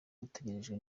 utegerejwe